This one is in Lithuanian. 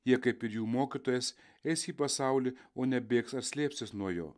jie kaip ir jų mokytojas eis į pasaulį o ne bėgs ar slėpsis nuo jo